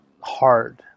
hard